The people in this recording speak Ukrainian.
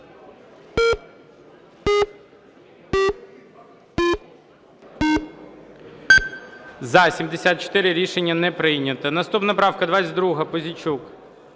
За-74 Рішення не прийнято. Наступна правка 22, Пузійчук.